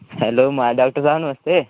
hello महां doctor साह्ब नमस्ते